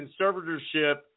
conservatorship